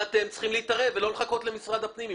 אתם צריכים להתערב ולא לחכות למשרד הפנים,